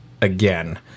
again